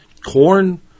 corn